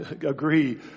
agree